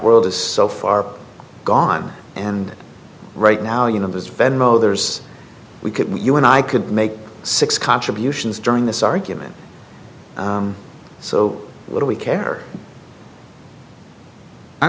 world is so far gone and right now you know there's venom oh there's we could you and i could make six contributions during this argument so why do we care i